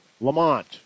Lamont